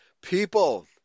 people